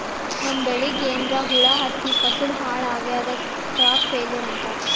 ನಮ್ಮ್ ಬೆಳಿಗ್ ಏನ್ರಾ ಹುಳಾ ಹತ್ತಿ ಫಸಲ್ ಹಾಳ್ ಆಗಾದಕ್ ಕ್ರಾಪ್ ಫೇಲ್ಯೂರ್ ಅಂತಾರ್